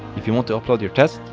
if you want to upload your test,